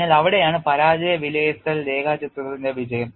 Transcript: അതിനാൽ അവിടെയാണ് പരാജയ വിലയിരുത്തൽ രേഖാചിത്രത്തിന്റെ വിജയം